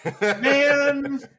man